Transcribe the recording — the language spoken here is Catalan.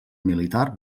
militar